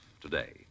today